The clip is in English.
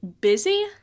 busy